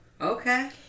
Okay